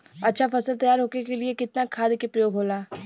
अच्छा फसल तैयार होके के लिए कितना खाद के प्रयोग होला?